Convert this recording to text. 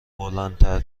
بلندتر